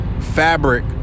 fabric